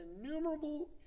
innumerable